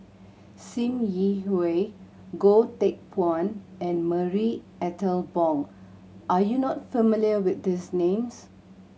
Sim Yi Hui Goh Teck Phuan and Marie Ethel Bong are you not familiar with these names